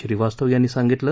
श्रीवास्तव यांनी सांगितलं